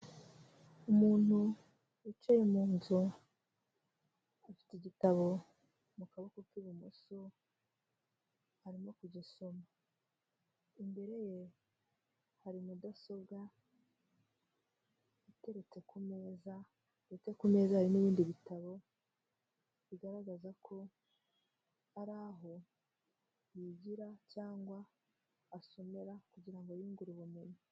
Umuntu wicaye mu nzu, afite igitabo mu kaboko k'ibumoso arimo kugisoma, imbere ye hari mudasobwa iteretse ku meza ndetse ku meza hari n'ibindi bitabo bigaragaza ko ari aho yigira cyangwa asomera kugirango yiyungure ubumenyi.